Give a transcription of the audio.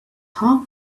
half